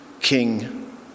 king